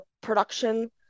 production